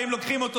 באים לוקחים אותו,